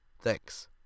Thanks